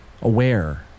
aware